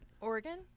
Oregon